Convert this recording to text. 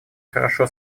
хорошо